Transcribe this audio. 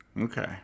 Okay